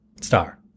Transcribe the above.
Star